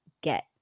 get